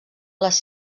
les